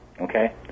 okay